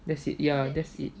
that's it ya that's it